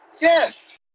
yes